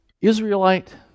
Israelite